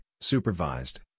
supervised